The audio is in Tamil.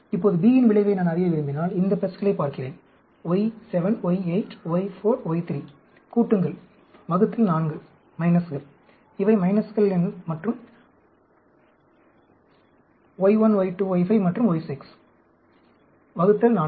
இப்போது B இன் விளைவை நான் அறிய விரும்பினால் இந்த பிளஸ்களைப் பார்க்கிறேன் y7 y8 y4 y3 கூட்டுங்கள் ÷ 4 மைனஸ்கள் இவை மைனஸ்கள் y1 y2 y5 மற்றும் y6 ÷ 4